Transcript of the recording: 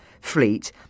fleet